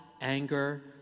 anger